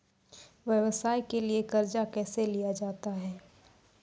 व्यवसाय के लिए कर्जा कैसे लिया जाता हैं?